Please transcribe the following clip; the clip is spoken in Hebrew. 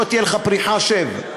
שלא תהיה לך פריחה, שב.